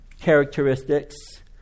characteristics